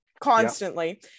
constantly